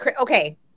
okay